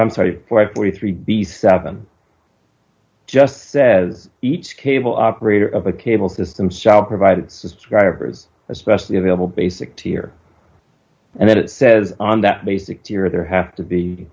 i'm sorry for i forty three dollars b seven just says each cable operator of a cable system shall provide subscribers especially available basic tier and then it says on that basic year there have to be